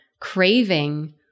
craving